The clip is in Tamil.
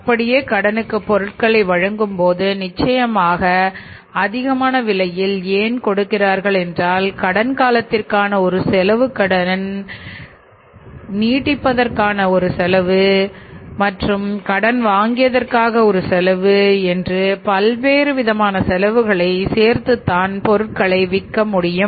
அப்படியே கடனுக்கு பொருட்களை வழங்கும் போது நிச்சயமாக அதிகமான விலையில் ஏன் கொடுக்கிறார்கள் என்றால் கடன் காலத்திற்கான ஒரு செலவு கடன் காலம் நீடிப்பதற்காக ஒரு செலவு மற்றும் கடன் வாங்கியதற்காக ஒரு செலவு என்று பல்வேறு விதமான செலவுகளை சேர்த்துதான் பொருட்களை விற்க முடியும்